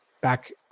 back